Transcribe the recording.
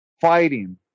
fighting